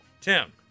Tim